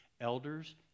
elders